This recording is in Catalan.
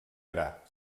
gra